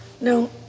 No